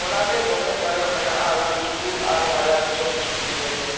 ᱚᱱᱟᱜᱨᱮ ᱫᱚᱢᱮ ᱯᱷᱟᱨᱟᱠ ᱢᱮᱱᱟᱜᱼᱟ ᱟᱹᱛᱩ ᱟᱨ ᱵᱟᱡᱟᱨ ᱫᱤᱥᱚᱢ ᱨᱮᱫᱚ